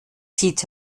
sieht